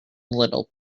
little